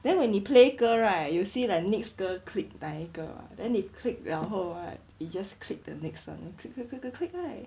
then when 你 play 歌 right you will see like next 歌 click 哪一个 then 你 clicked 了后 right you just click the next one click click click click click right